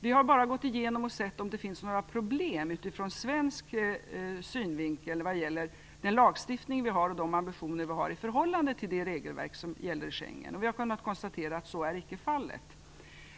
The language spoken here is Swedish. Vi har bara gjort en genomgång för att se om det finns några problem ur svensk synvinkel vad gäller den lagstiftning och de ambitioner som vi har i förhållande till Schengenregelverket, och vi har kunnat konstatera att så icke är fallet.